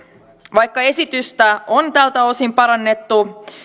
vaikka esitystä on tältä osin parannettu